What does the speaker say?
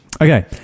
Okay